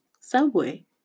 Subway